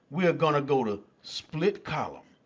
we're going to go to split column.